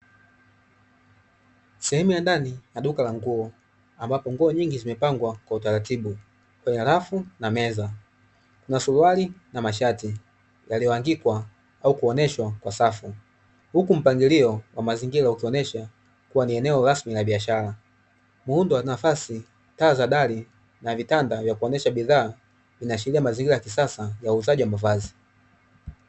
Sehemu ya ndani na duka la nguo ambapo nguo nyingi zimepangwa kwa utaratibu kwenye rafu na meza. Kuna suruali na mashati yaliyoangikwa au kuonyeshwa kwa safu, huku mpangilio wa mazingira ukionyesha kuwa ni eneo rasmi la biashara. Muundo wa nafasi, taa za dari na vitanda vya kuonyesha bidhaa; inaashiria mazingira ya kisasa ya uuzaji wa mavazi.